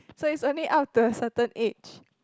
so it's only up to a certain age